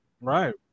Right